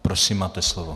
Prosím, máte slovo.